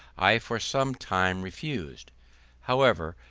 i for some time refused however,